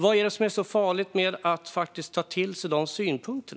Vad är det som är så farligt med att faktiskt ta till sig dessa synpunkter?